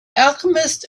alchemist